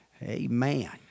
Amen